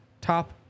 top